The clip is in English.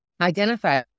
identify